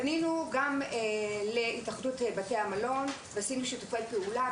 פנינו גם להתאחדות בתי המלון ואנחנו עושים איתם שיתופי פעולה.